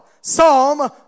Psalm